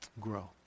grow